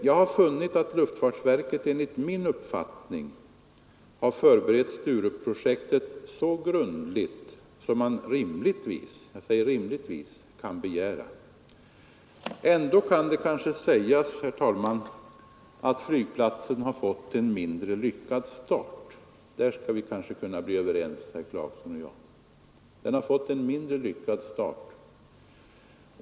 Jag har funnit att luftfartsverket har förberett Sturupprojektet så grundligt som man rimligtvis — jag säger rimligtvis — kan begära. Ändå kan det kanske sägas, herr talman, att flygplatsen har fått en mindre lyckad start — därom kan herr Clarkson och jag bli överens.